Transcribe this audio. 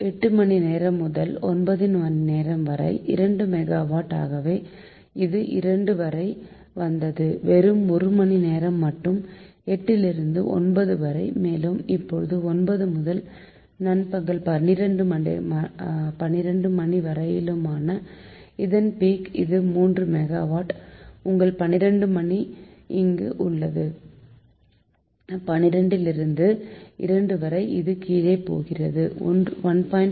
8 மணி முதல் 9 வரை இது 2 மெகாவாட் ஆகவே இது 2 வரை வந்தது வெறும் ஒரு மணிநேரம் மட்டும் 8 லிருந்து 9வரை மேலும் இப்போது 9 முதல் நண்பகல் 12 மணி வரையிலும் இதன் பீக் இது 3 மெகாவாட் உங்கள் 12 மணி இங்கு உள்ளது 12 லிருந்து 2 வரை இது கீழே போகிறது 1